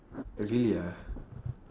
oh really ah